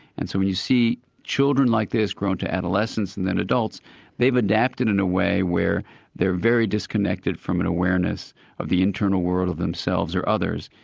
and so when you see children like this grown to adolescence and then adults they've adapted in a way where they are very disconnected from an awareness of the internal world of themselves or others.